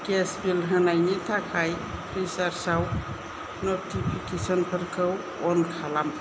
gas bill होनायनि थाखाय फ्रिसार्जआव नटिफिकेसनफोरखौ अन खालाम